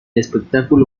espectáculo